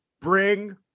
bring